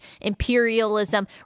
imperialism